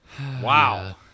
Wow